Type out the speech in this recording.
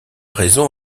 raison